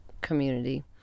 community